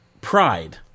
pride